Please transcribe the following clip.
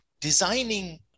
designing